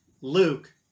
Luke